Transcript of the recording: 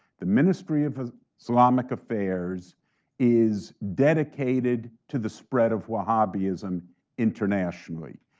the ministry of islamic affairs is dedicated to the spread of wahhabism internationally,